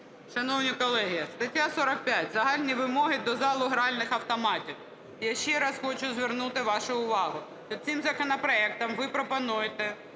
Шановні колеги, стаття 45 "Загальні вимоги до залу гральних автоматів". Я ще раз хочу звернути вашу увагу. Під цим законопроектом ви пропонуєте